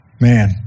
Man